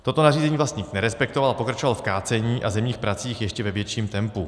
Toto nařízení vlastník nerespektoval a pokračoval v kácení a zemních pracích ještě ve větším tempu.